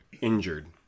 injured